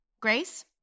Grace